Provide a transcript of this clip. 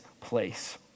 place